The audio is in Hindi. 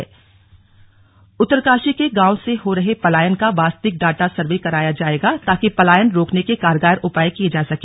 स्लग पलायन उत्तरकाशी उत्तरकाशी के गांवों से हो रहे पलायन का वास्तविक डाटा सर्वे कराया जाएगा ताकि पलायन रोकने के कारगर उपाय किये जा सके